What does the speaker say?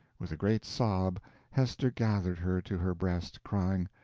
with a great sob hester gathered her to her breast, crying,